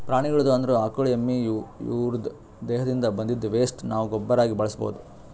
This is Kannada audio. ಪ್ರಾಣಿಗಳ್ದು ಅಂದ್ರ ಆಕಳ್ ಎಮ್ಮಿ ಇವುದ್ರ್ ದೇಹದಿಂದ್ ಬಂದಿದ್ದ್ ವೆಸ್ಟ್ ನಾವ್ ಗೊಬ್ಬರಾಗಿ ಬಳಸ್ಬಹುದ್